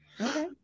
Okay